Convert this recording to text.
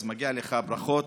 אז מגיעות לך ברכות,